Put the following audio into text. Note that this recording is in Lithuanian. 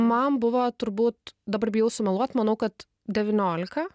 man buvo turbūt dabar bijau sumeluot manau kad devyniolika